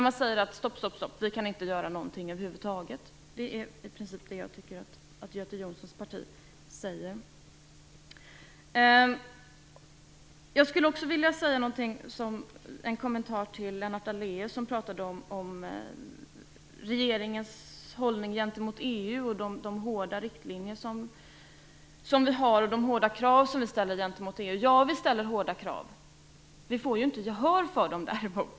Man säger: Stopp, stopp, stopp; vi kan inte göra någonting över huvud taget! Det är i princip det jag tycker att Göte Jag skulle också vilja göra en kommentar till Lennart Daléus, som talade om regeringens hållning gentemot EU, de hårda riktlinjer vi har och de hårda krav vi ställer gentemot EU. Ja, vi ställer hårda krav. Vi får däremot inte gehör för dem.